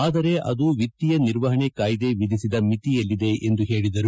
ಆದರೆ ಅದು ವಿತ್ತೀಯ ನಿರ್ವಹಣೆ ಕಾಯ್ದೆ ವಿಧಿಸಿದ ಮಿತಿಯಲ್ಲಿದೆ ಎಂದು ಹೇಳಿದರು